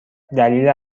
دلیل